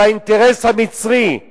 והאינטרס המצרי הוא